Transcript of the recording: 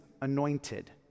anointed